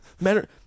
matter